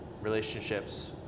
relationships